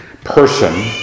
person